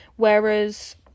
Whereas